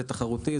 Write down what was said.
זה תחרותי,